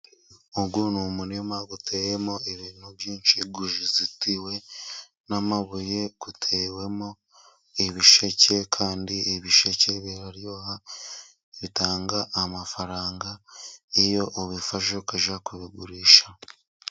Uyu ni umurima uteyemo ibintu byinshi, uzitiwe n'amabuye. Utewemo ibisheke kandi ibisheke biraryoha, bitanga amafaranga, iyo ubifashe ukajya kubigurisha.